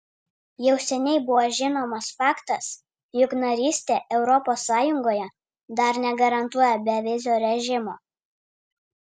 jau seniai buvo žinomas faktas jog narystė europos sąjungoje dar negarantuoja bevizio režimo